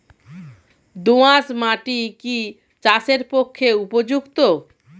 দোআঁশ মাটি কি চাষের পক্ষে উপযুক্ত?